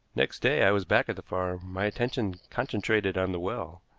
next day i was back at the farm, my attention concentrated on the well.